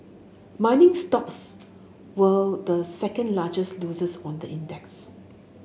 mining stocks were the second largest losers on the index